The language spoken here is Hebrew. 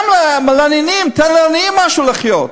גם לעניים, תן לעניים משהו לחיות.